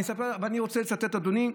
אני רוצה לצטט, אדוני,